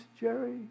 Jerry